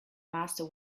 master